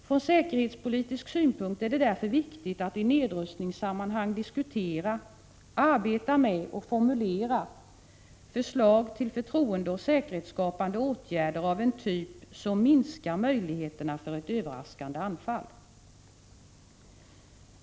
Från säkerhetspolitisk synpunkt är det därför viktigt att i nedrustningssammanhang diskutera, arbeta med och formulera förslag till förtroendeoch säkerhetsskapande åtgärder av en typ som minskar möjligheterna för ett överraskande anfall.